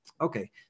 Okay